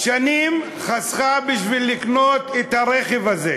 שנים היא חסכה בשביל לקנות את הרכב הזה.